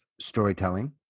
storytelling